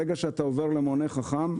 ברגע שאתה עובר למונה חכם,